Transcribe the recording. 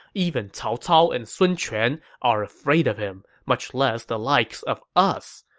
even cao cao and sun quan are afraid of him, much less the likes of us.